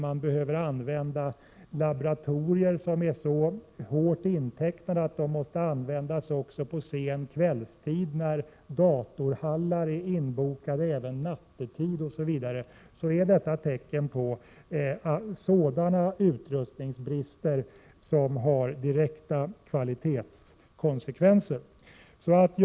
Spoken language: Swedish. Man arbetar i laboratorier som är så hårt intecknade att de även måste användas på sen kvällstid. Datorhallar är inbokade även nattetid osv. Allt detta är tecken på sådana utrustningsbrister som får direkta konsekvenser på kvaliteten.